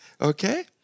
Okay